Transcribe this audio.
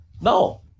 No